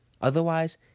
Otherwise